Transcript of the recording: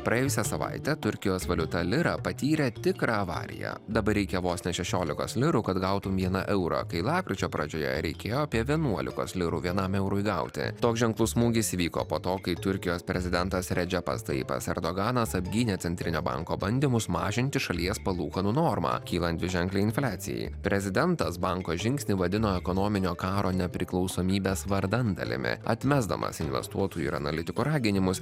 praėjusią savaitę turkijos valiuta lira patyrė tikrą avariją dabar reikia vos šešiolikos lirų kad gautum vieną eurą kai lapkričio pradžioje reikėjo apie vienuolikos litrų vienam eurui gauti toks ženklus smūgis įvyko po to kai turkijos prezidentas redžepas taipas erdoganas apgynė centrinio banko bandymus mažinti šalies palūkanų normą kylant dviženklei infliacijai prezidentas banko žingsnį vadino ekonominio karo nepriklausomybės vardan dalimi atmesdamas investuotojų ir analitikų raginimus